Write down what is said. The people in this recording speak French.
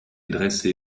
dressé